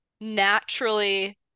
naturally